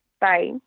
Bye